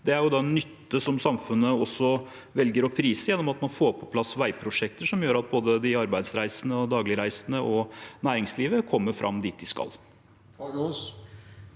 det er en nytte som samfunnet også velger å prise gjennom at man får på plass veiprosjekter som gjør at både de arbeidsreisende, de dagligreisende og næringslivet kommer fram dit de skal.